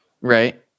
right